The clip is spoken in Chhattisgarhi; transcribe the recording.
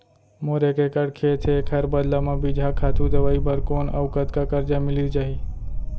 मोर एक एक्कड़ खेत हे, एखर बदला म बीजहा, खातू, दवई बर कोन अऊ कतका करजा मिलिस जाही?